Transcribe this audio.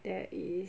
there is